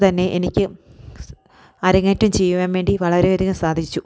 തന്നെ എനിക്ക് അരങ്ങേറ്റം ചെയ്യുവാൻ വേണ്ടി വളരെ അധികം സാധിച്ചു